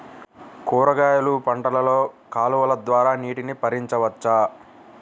కూరగాయలు పంటలలో కాలువలు ద్వారా నీటిని పరించవచ్చా?